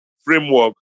framework